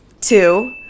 two